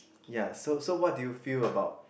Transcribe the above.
ya so so what do you feel about